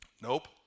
Nope